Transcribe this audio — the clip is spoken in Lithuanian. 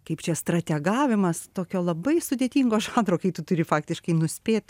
kaip čia strategavimas tokio labai sudėtingo žanro kai tu turi faktiškai nuspėt